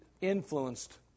influenced